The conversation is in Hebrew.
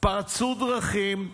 פרצו דרכים,